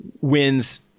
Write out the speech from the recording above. wins